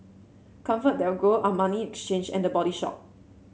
ComfortDelGro Armani Exchange and The Body Shop